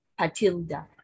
patilda